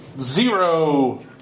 Zero